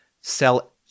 sell